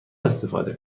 استفاده